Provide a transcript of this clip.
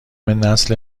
نسل